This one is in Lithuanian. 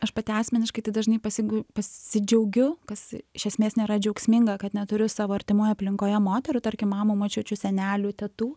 aš pati asmeniškai tai dažnai pasigu pasidžiaugiu kas iš esmės nėra džiaugsminga kad neturiu savo artimoje aplinkoje moterų tarkim mamų močiučių senelių tetų